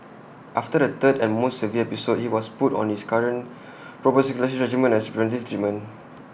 after the third and most severe episode he was put on his current prophylaxis regimen as A preventive treatment